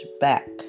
back